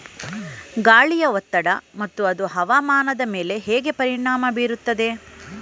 ಗಾಳಿಯ ಒತ್ತಡ ಮತ್ತು ಅದು ಹವಾಮಾನದ ಮೇಲೆ ಹೇಗೆ ಪರಿಣಾಮ ಬೀರುತ್ತದೆ?